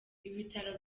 ibitaro